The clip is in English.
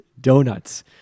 donuts